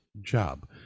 job